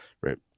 right